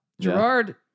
Gerard